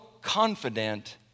confident